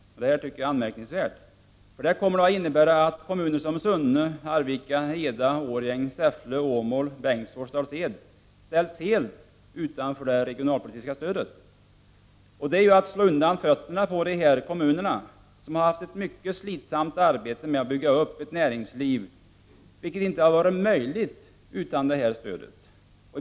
Det tycker jag är anmärkningsvärt. Det kommer att innebära att kommuner som Sunne, Arvika, Eda, Årjäng, Säffle, Åmål, Bengtsfors och Dals Ed ställs helt utanför det regionalpolitiska stödet. Det är ju att slå undan fötterna på dessa kommuner, som har haft ett mycket slitsamt arbete med att bygga upp ett näringsliv, och det hade inte varit möjligt utan det regionalpolitiska stödet.